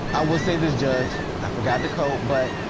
i will say this, judge, i forgot the code, but.